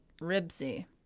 Ribsy